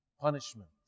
punishment